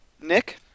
Nick